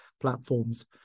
platforms